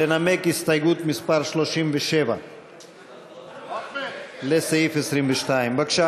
לנמק הסתייגות מס' 37 לסעיף 22. בבקשה,